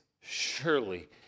surely